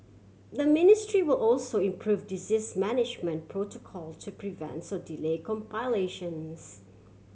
the ministry will also improve disease management protocol to prevent so delay complications